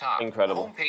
incredible